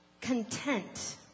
content